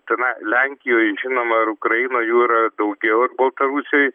tenai lenkijoj žinoma ir ukrainoj jų yra daugiau ir baltarusijoj